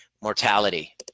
mortality